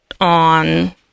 on